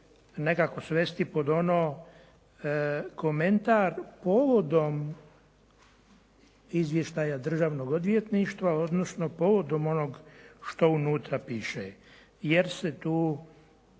nekako svesti pod ono komentar povodom izvještaja Državnog odvjetništva, odnosno povodom onog što unutra piše jer se tu